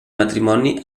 matrimoni